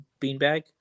beanbag